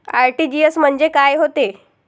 RTGS म्हंजे काय होते?